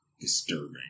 disturbing